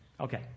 Okay